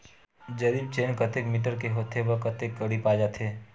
जरीब चेन कतेक मीटर के होथे व कतेक कडी पाए जाथे?